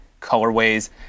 colorways